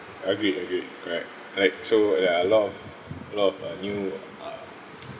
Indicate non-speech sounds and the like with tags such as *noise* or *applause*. agreed agreed correct like so there are a lot of a lot of uh new uh *noise*